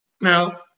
Now